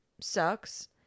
sucks